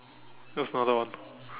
that's another one